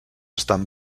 estan